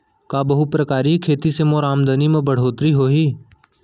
का बहुप्रकारिय खेती से मोर आमदनी म बढ़होत्तरी होही?